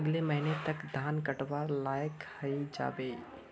अगले महीने तक धान कटवार लायक हई जा बे